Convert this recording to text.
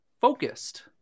focused